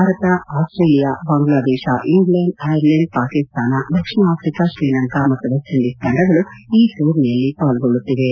Bharat Australia Bangladesh England Ireland Pakistan ದಕ್ಷಿಣ Africa Sri Lanka ಮತ್ತು West Indies ತಂಡಗಳು ಈ ಟೂರ್ನಿಯಲ್ಲಿ ಪಾಲ್ಗೊಳ್ಳುತ್ತಿವೆ